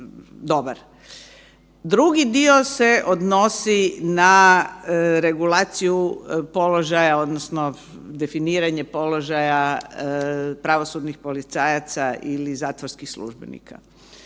Drugi dio se odnosi na regulaciju položaja odnosno definiranje položaja pravosudnih policajaca ili zatvorskih službenika.